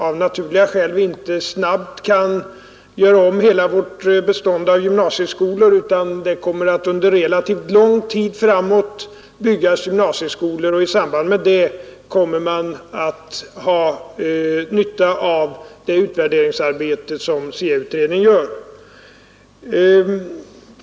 Av naturliga skäl kan vi givetvis inte snabbt göra om hela vårt bestånd av gymnasieskolor. Under relativt lång tid framöver kommer det att byggas sådana skolor, och i det sammanhanget kommer man att ha nytta av det utvärderingsarbete som SIA-utredningen gör.